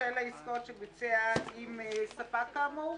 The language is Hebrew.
בשל העסקאות שביצע עם ספק כאמור"?